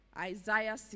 Isaiah